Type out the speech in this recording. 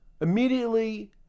immediately